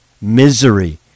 misery